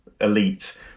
elite